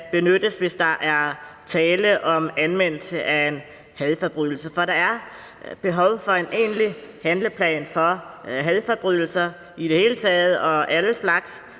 benyttes, hvis der er tale om anmeldelse af en hadforbrydelse. For der er behov for en egentlig handleplan om hadforbrydelser i det hele taget – altså alle slags